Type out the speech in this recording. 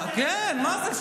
כן, מה זה?